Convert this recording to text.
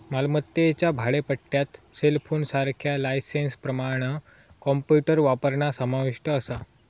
मालमत्तेच्या भाडेपट्ट्यात सेलफोनसारख्या लायसेंसप्रमाण कॉम्प्युटर वापरणा समाविष्ट असा